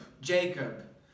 Jacob